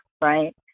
right